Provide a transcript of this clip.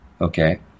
okay